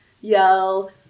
yell